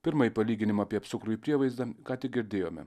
pirmąjį palyginimą apie apsukrųjį prievaizdą ką tik girdėjome